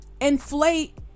inflate